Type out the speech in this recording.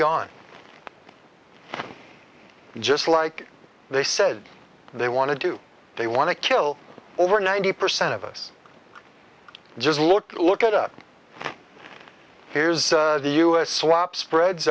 gone just like they said they want to do they want to kill over ninety percent of us just look at look at up here's the us swap spreads